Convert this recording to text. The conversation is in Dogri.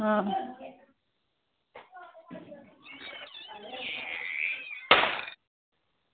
आं